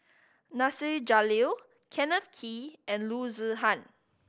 Nasir Jalil Kenneth Kee and Loo Zihan